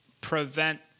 prevent